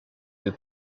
del